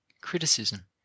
criticism